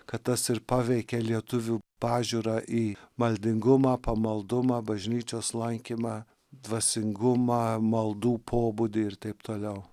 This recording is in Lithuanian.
kad tas ir paveikė lietuvių pažiūrą į maldingumą pamaldumą bažnyčios lankymą dvasingumą maldų pobūdį ir taip toliau